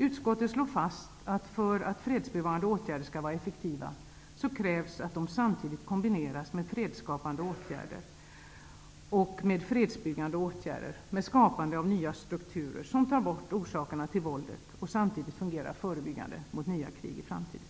Utskottet slår fast att det för att fredsbevarande åtgärder skall vara effektiva krävs att de kombineras med fredsskapande och fredsbyggande åtgärder, dvs. att man skapar nya strukturer som tar bort orsakerna till våldet och samtidigt fungerar förebyggande mot nya krig i framtiden.